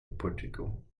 portugal